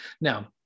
Now